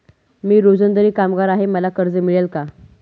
मी रोजंदारी कामगार आहे मला कर्ज मिळेल का?